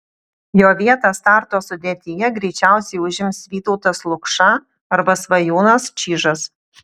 jo vietą starto sudėtyje greičiausiai užims vytautas lukša arba svajūnas čyžas